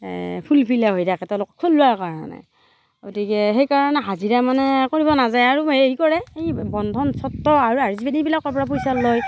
ফুলফিলে হৈ থাকে তেওঁলোকক কাৰণে গতিকে সেইকাৰণে হাজিৰা মানে কৰিব নাযায় আৰু হেৰি কৰে বন্ধন আৰু এইবিলাকৰ পৰা পইচা লয়